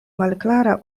malklara